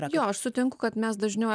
jo aš sutinku kad mes dažniau